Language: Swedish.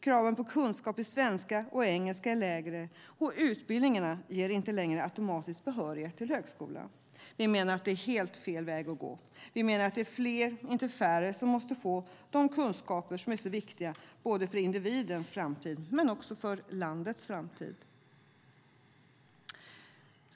Kraven på kunskap i svenska och engelska är lägre, och utbildningarna ger inte längre automatisk behörighet till högskola. Vi menar att det är helt fel väg att gå. Vi menar att det är fler, inte färre, som måste få de kunskaper som är så viktiga både för individens framtid och för landets framtid.